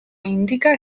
indica